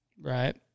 Right